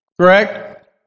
Correct